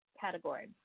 category